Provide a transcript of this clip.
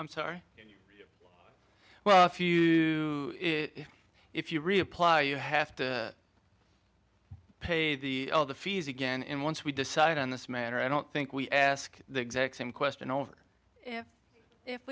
i'm sorry well if you if if you reapply you have to pay all the fees again and once we decide on this matter i don't think we ask the exact same question over if